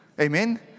Amen